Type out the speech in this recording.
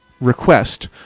request